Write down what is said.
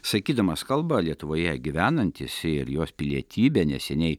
sakydamas kalbą lietuvoje gyvenantys ir jos pilietybę neseniai